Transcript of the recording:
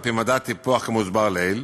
על-פי מדד טיפוח כמוסבר לעיל,